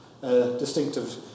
distinctive